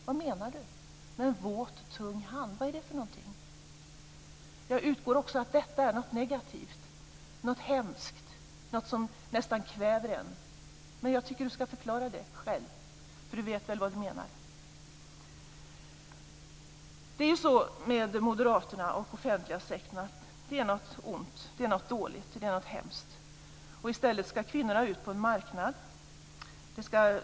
Vad menar Christel Anderberg med en våt, tung hand? Vad är det för någonting? Jag utgår från att också detta är någonting negativt, någonting hemskt som nästan kväver en. Men jag tycker att Christel Anderberg ska förklara det själv, för hon vet väl vad hon menar. Det är ju så att moderaterna tycker att den offentliga sektorn är något ont, något dåligt, något hemskt. I stället ska kvinnorna ut på en marknad.